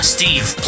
Steve